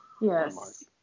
Yes